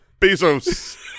Bezos